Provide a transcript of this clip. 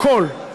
הכול.